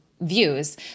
views